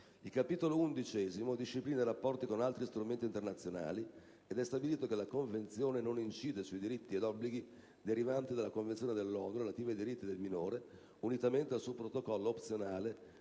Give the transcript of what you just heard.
Il Capitolo XI disciplina i rapporti con altri strumenti internazionali. È stabilito che la Convenzione non incide sui diritti ed obblighi derivanti dalla Convenzione dell'ONU relativa ai diritti del minore, unitamente al suo protocollo opzionale